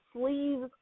sleeves